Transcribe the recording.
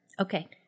Okay